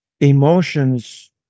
emotions